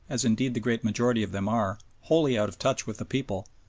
as indeed the great majority of them are, wholly out of touch with the people,